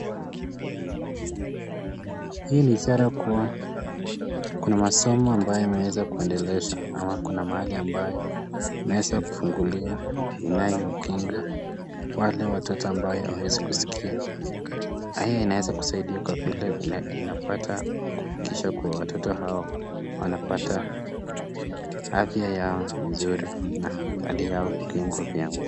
Hii ni ishara kuwa kuna masomo ambayo yameweza kuendelezwa ama kuna mahali ambayo unaweza kufunguliwa inayo kinga wale watoto ambayo hawezi kusikia. Hayo yanaweza kusaidia kwa vile inapata kisha kwa watoto hao wanapa afya yao nzuri na hali yao kukingwa vyema.